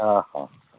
হ্যাঁ হ্যাঁ হ্যাঁ